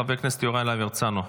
חבר הכנסת יוראי להב הרצנו,